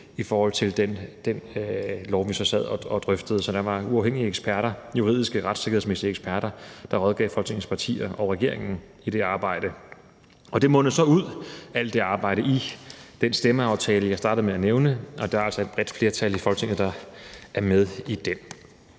i forhold til den lov, vi så sad og drøftede. Så der var uafhængige eksperter, juridiske og retssikkerhedsmæssige eksperter, der rådgav Folketingets partier og regeringen i det arbejde. Og alt det arbejde mundede så ud i den stemmeaftale, jeg startede med at nævne, og der er altså et bredt flertal i Folketinget, der er med i den.